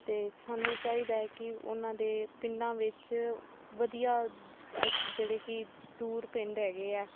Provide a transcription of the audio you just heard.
ਅਤੇ ਸਾਨੂੰ ਚਾਹੀਦਾ ਹੈ ਕਿ ਉਨ੍ਹਾਂ ਦੇ ਪਿੰਡਾਂ ਵਿੱਚ ਵਧੀਆ ਅ ਜਿਹੜੇ ਕਿ ਦੂਰ ਪਿੰਡ ਹੈਗੇ ਹੈ